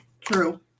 True